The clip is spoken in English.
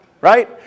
Right